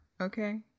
Okay